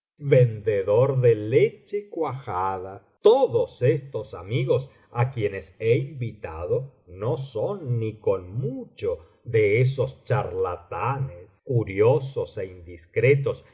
vendedor de leche cuajada todos estos amigos á quienes he invitado no son ni con macho de esos charlatanes curiosos é indiscretos